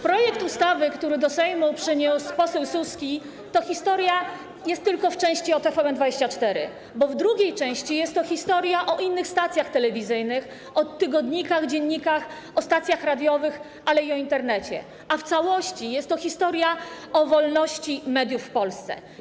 Projekt ustawy, który do Sejmu przyniósł poseł Suski, to historia, która tylko w części jest o TVN24, bo w drugiej części jest to historia o innych stacjach telewizyjnych, o tygodnikach, dziennikach, o stacjach radiowych, ale i o Internecie, a w całości jest to historia o wolności mediów w Polsce.